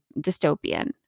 dystopian